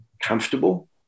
comfortable